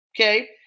okay